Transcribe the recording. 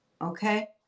okay